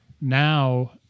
Now